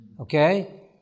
Okay